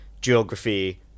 geography